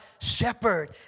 shepherd